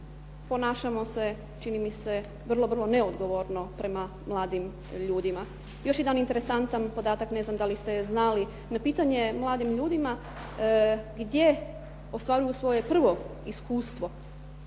ponašamo se čini mi se vrlo, vrlo neodgovorno prema mladim ljudima. Još jedan interesantan podatak ne znam da li ste znali. Na pitanje mladim ljudima gdje ostvaruju svoje prvo iskustvo